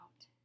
out